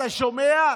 אתה שומע?